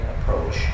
approach